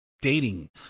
dating